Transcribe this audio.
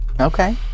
Okay